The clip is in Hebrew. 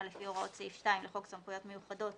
לפי הוראות סעיף 2 לחוק סמכויות מיוחדות